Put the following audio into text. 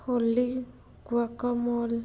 ਹੋਲੀ ਕੁਆਕਾ ਮੋਲ